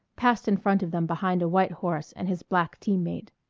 passed in front of them behind a white horse and his black team-mate.